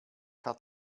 hat